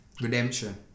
redemption